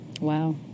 Wow